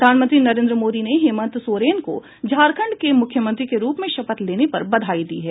प्रधानमंत्री नरेन्द्र मोदी ने हेमंत सोरेन को झारखंड के मुख्यमंत्री के रूप में शपथ लेने पर बधाई दी है